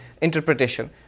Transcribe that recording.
interpretation